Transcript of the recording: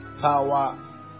power